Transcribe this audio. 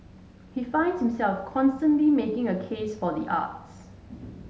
he finds himself constantly making a case for the arts